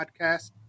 podcast